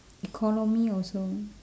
economy also